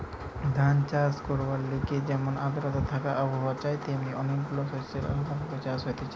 ধান চাষ করবার লিগে যেমন আদ্রতা থাকা আবহাওয়া চাই তেমনি অনেক গুলা শস্যের আলদা ভাবে চাষ হতিছে